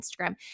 Instagram